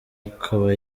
akaba